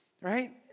right